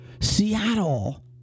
Seattle